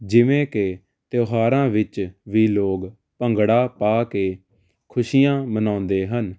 ਜਿਵੇਂ ਕਿ ਤਿਓਹਾਰਾਂ ਵਿੱਚ ਵੀ ਲੋਗ ਭੰਗੜਾ ਪਾ ਕੇ ਖੁਸ਼ੀਆਂ ਮਨੋਦੇ ਹਨ